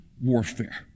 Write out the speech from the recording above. warfare